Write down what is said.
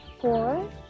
four